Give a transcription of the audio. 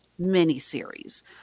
miniseries